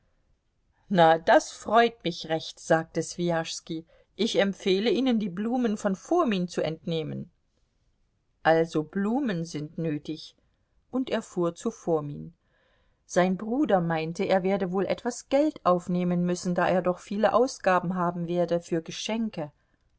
na das freut mich recht sagte swijaschski ich empfehle ihnen die blumen von fomin zu entnehmen also blumen sind nötig und er fuhr zu fomin sein bruder meinte er werde wohl etwas geld aufnehmen müssen da er doch viele ausgaben haben werde für geschenke